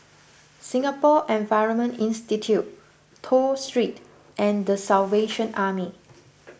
Singapore Environment Institute Toh Street and the Salvation Army